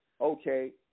Okay